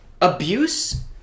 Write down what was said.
abuse